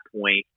point